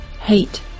hate